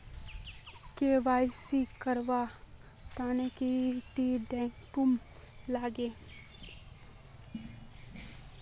KYC करवार तने की की डॉक्यूमेंट लागे?